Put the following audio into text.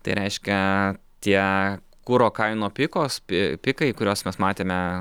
tai reiškia tie kuro kaino pikos pi pikai kuriuos mes matėme